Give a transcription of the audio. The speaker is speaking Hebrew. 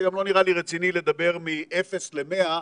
זה גם לא נראה לי רציני לדבר מאפס למאה